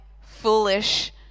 foolish